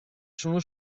sono